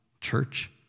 church